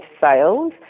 sales